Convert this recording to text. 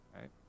right